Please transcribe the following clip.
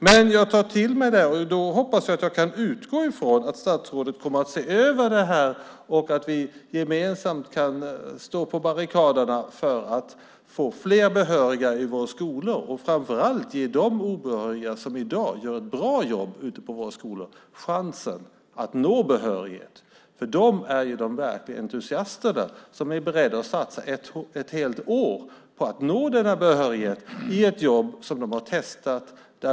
Men jag tar till mig det här, och då hoppas jag att jag kan utgå från att statsrådet kommer att se över det här och att vi gemensamt kan stå på barrikaderna för att få fler behöriga i våra skolor. Framför allt handlar det om att ge de obehöriga som i dag gör ett bra jobb ute på våra skolor chansen att nå behörighet. De är ju de verkliga entusiasterna, som är beredda att satsa ett helt år för att nå den här behörigheten i ett jobb som de har testat.